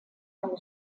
eine